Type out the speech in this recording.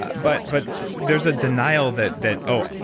ah but but there's a denial that that oh,